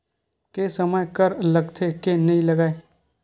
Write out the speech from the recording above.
के समय कर लगथे के नइ लगय?